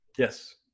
Yes